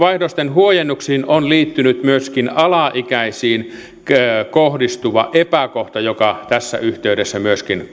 huojennuksiin on liittynyt myöskin alaikäisiin kohdistuva epäkohta joka tässä yhteydessä myöskin